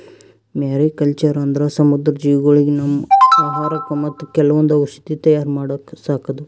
mariculture ಅಂದ್ರ ಸಮುದ್ರ ಜೀವಿಗೊಳಿಗ್ ನಮ್ಮ್ ಆಹಾರಕ್ಕಾ ಮತ್ತ್ ಕೆಲವೊಂದ್ ಔಷಧಿ ತಯಾರ್ ಮಾಡಕ್ಕ ಸಾಕದು